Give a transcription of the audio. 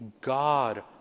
God